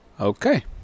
Okay